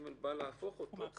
(ג) בא להפוך אותו.